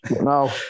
No